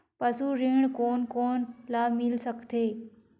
पशु ऋण कोन कोन ल मिल सकथे?